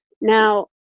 Now